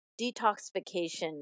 detoxification